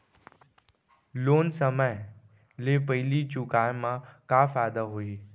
Loan समय ले पहिली चुकाए मा का फायदा होही?